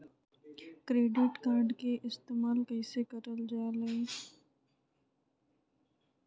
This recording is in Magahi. क्रेडिट कार्ड के इस्तेमाल कईसे करल जा लई?